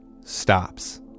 stops